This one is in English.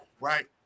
right